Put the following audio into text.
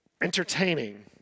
entertaining